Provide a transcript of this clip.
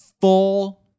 Full